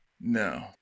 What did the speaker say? No